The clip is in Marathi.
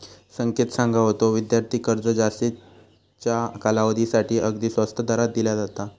संकेत सांगा होतो, विद्यार्थी कर्ज जास्तीच्या कालावधीसाठी अगदी स्वस्त दरात दिला जाता